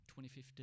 2015